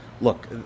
look